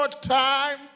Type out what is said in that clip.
time